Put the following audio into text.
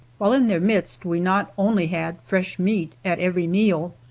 while in their midst we not only had fresh meat at every meal,